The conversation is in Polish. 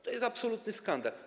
To jest absolutny skandal.